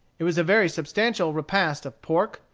it was a very substantial repast of pork,